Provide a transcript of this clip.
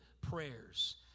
prayers